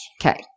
Okay